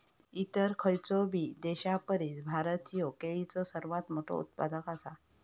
इतर खयचोबी देशापरिस भारत ह्यो केळीचो सर्वात मोठा उत्पादक आसा